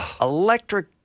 Electric